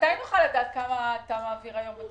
מתי נוכל לדעת כמה תמיכות אתה מעביר היום?